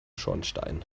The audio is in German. schornstein